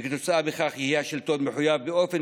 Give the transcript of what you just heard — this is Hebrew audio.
וכתוצאה מכך יהיה השלטון מחויב באופן